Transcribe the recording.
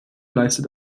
leistet